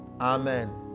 Amen